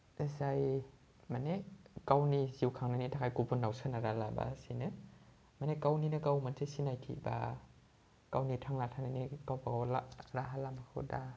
जाय माने गावनि जिउ खांनायनि थाखाय गुबुननाव सोनारालाबासिनो माने गावनिनो गाव मोनसे सिनायथि बा गावनि थांना थानायनि गाव राहा राहा लामाखौ दा